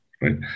Right